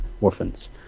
orphans